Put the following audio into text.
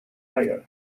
liar